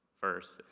first